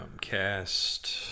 cast